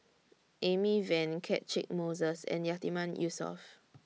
Amy Van Catchick Moses and Yatiman Yusof